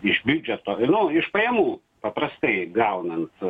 iš biudžeto nu iš pajamų paprastai gaunant